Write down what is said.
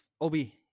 Obi